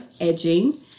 edging